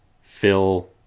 Phil